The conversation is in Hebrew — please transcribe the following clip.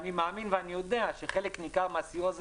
אני מאמין ואני יודע שחלק ניכר מהסיוע הזה